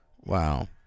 Wow